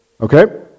okay